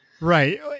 Right